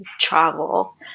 travel